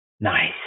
Nice